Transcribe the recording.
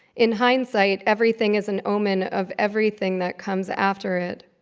in hindsight, everything is an omen of everything that comes after it,